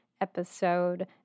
episode